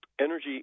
energy